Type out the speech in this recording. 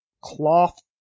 cloth